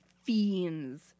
fiends